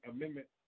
Amendment